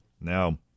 Now